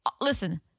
Listen